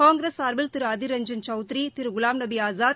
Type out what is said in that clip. காங்கிரஸ் சா்பில் திருஅதிர் ரஞ்ஜன் சௌத்திரி திருகுலாம்நபிஆஸாத்